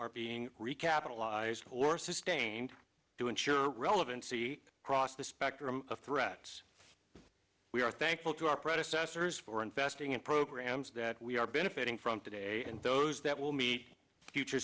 are being recapitalized or sustained to ensure relevancy across the spectrum of threats we are thankful to our predecessors for investing in programs that we are benefiting from today and those that will meet future